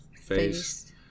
face